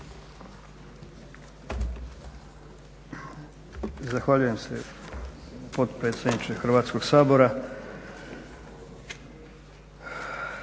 Zahvaljujem se potpredsjedniče Hrvatskog sabora.